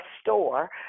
store